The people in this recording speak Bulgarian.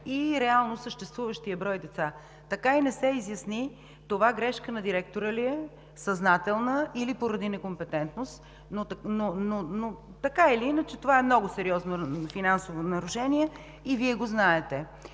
и реално съществуващия брой деца. Така и не се изясни това грешка на директора ли е – съзнателна или поради некомпетентност, но така или иначе, това е много сериозно финансово нарушение и Вие го знаете.